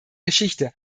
geschichte